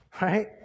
Right